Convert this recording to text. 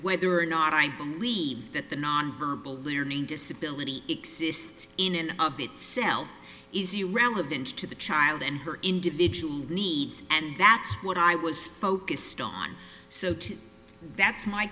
whether or not i believe that the non verbal leering disability exists in and of itself is irrelevant to the child and her individual needs and that's what i was focused on so that's my